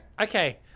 Okay